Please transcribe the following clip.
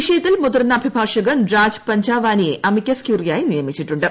വിഷയത്തിൽ മുതിർന്ന അഭിഭാഷകൻ രാജ് പഞ്ചാവാനിയെ അമിക്കേസ് ക്യൂറിയായി നിയമിച്ചിട്ടുണ്ട്